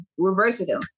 versatile